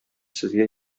сезгә